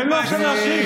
על מה אתה מדבר?